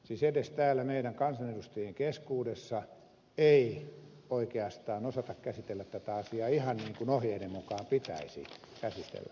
siis edes täällä meidän kansanedustajien keskuudessa ei oikeastaan osata käsitellä tätä asiaa ihan niin kuin ohjeiden mukaan pitäisi käsitellä